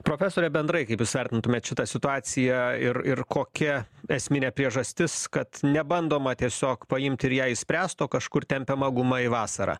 profesore bendrai kaip jūs vertintumėt šitą situaciją ir ir kokia esminė priežastis kad nebandoma tiesiog paimt ir ją išspręst o kažkur tempiama guma į vasarą